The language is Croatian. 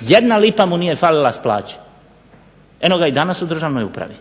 Jedna lipa mu nije falila s plaće. Eno ga i danas u državnoj upravi.